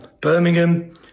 Birmingham